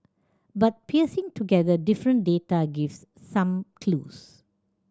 but piecing together different data gives some clues